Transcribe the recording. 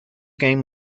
game